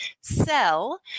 sell